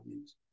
use